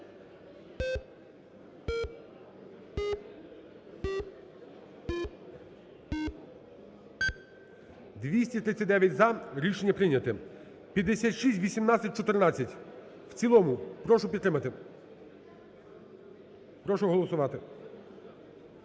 За-239 Рішення прийнято. 5618-14 в цілому прошу підтримати. Прошу голосувати.